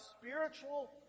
spiritual